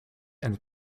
and